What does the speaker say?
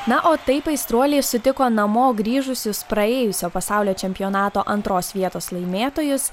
na o taip aistruoliai sutiko namo grįžusius praėjusio pasaulio čempionato antros vietos laimėtojus